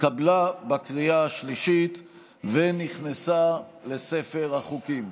התקבלה בקריאה השלישית ונכנסה לספר החוקים.